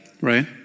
Right